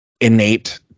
innate